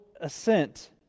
assent